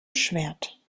schwert